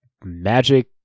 magic